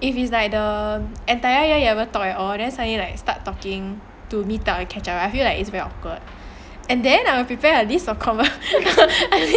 if is like the entire year you never talk at all then suddenly like start talking to meet up and catch up I feel like it's very awkward and then I will prepare a list of conversation